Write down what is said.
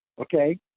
Okay